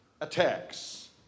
attacks